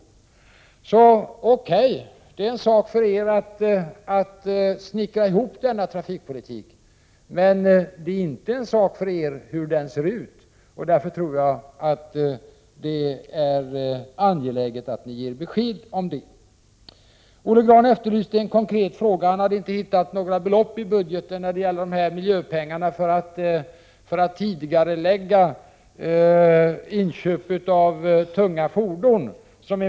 Det är er uppgift att snickra ihop denna trafikpolitik. Men det är inte er sak hur den ser ut. Därför är det angeläget att ni ger besked härom. Olle Grahn hade inte hittat några belopp i budgeten när det gällde miljöpengarna för tidigare inköp av miljövänligare tunga fordon.